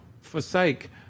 forsake